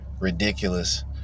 ridiculous